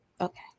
Okay